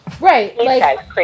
Right